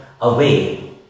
away